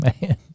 man